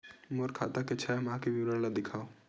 मोर खाता के छः माह के विवरण ल दिखाव?